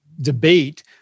debate